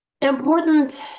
important